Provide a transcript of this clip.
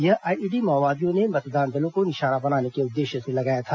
यह आईईडी माओवादियों ने मतदान दलों को निशाना बनाने के उद्देश्य से लगाया था